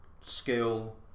skill